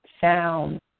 sound